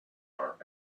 are